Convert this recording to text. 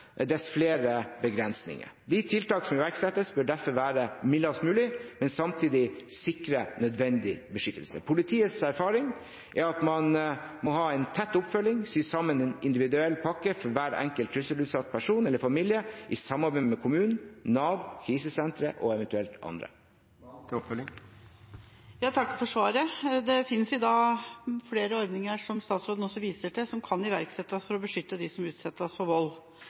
dess flere begrensninger. De tiltak som iverksettes, bør derfor være mildest mulig, men samtidig sikre nødvendig beskyttelse. Politiets erfaring er at man må ha en tett oppfølging og sy sammen en individuell pakke for hver enkelt trusselutsatt person eller familie, i samarbeid med kommunen, Nav, krisesentre og eventuelt andre. Jeg takker for svaret. Det finnes i dag flere ordninger – som statsråden også viser til – som kan iverksettes for å beskytte dem som utsettes for vold.